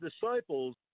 disciples